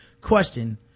question